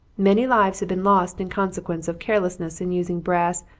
many lives have been lost in consequence of carelessness in using brass,